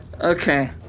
Okay